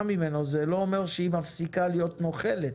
ממנו זה לא אומר שהיא מפסיקה להיות נוכלת.